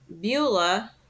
Beulah